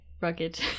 rugged